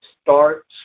Start